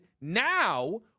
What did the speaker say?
now